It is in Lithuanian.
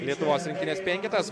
lietuvos rinktinės penketas